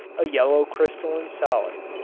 a yellow crystalline solid.